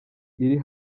iri